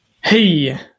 Hey